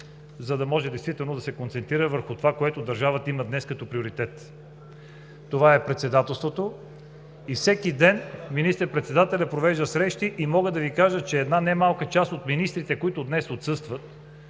да се концентрира върху това, което държавата има днес като приоритет. Това е Председателството и всеки ден министър-председателят провежда срещи. Една немалка част от министрите, които днес отсъстват,